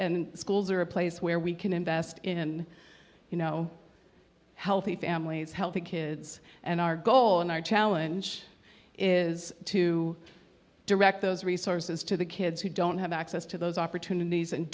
and schools are a place where we can invest in you know healthy families healthy kids and our goal and our challenge is to direct those resources to the kids who don't have access to those opportunities and